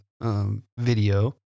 video